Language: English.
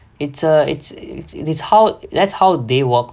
it's a it's it's how that's how they work